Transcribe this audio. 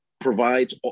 provides